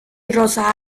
rosa